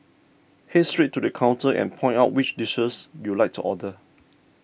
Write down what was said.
head straight to the counter and point out which dishes you'd like to order